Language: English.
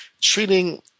treating